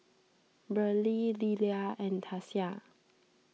Beryl Lilia and Tasia